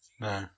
no